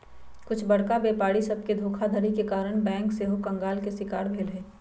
कुछ बरका व्यापारी सभके धोखाधड़ी के कारणे बैंक सेहो कंगाल के शिकार भेल हइ